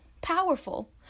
powerful